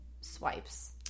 swipes